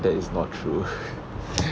that is not true